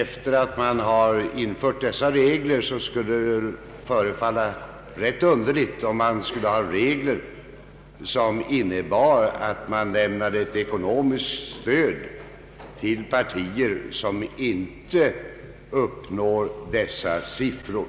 Efter det att dessa regler införts, skulle det förefalla rätt egendomligt, om man skulle skapa regler som innebär att ekonomiskt stöd lämnas till partier som inte uppnår dessa procentsatser.